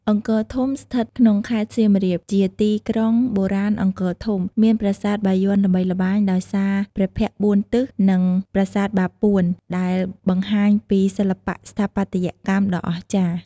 អង្គរធំ ស្ថិតក្នុងខេត្ត សៀមរាប ជាទីក្រុងបុរាណអង្គរធំ មានប្រាសាទបាយ័នល្បីល្បាញដោយសារព្រះភ័ក្ត្របួនទិស និងប្រាសាទបាពួនដែលបង្ហាញពីសិល្បៈស្ថាបត្យកម្មដ៏អស្ចារ្យ។